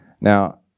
Now